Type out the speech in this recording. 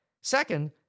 Second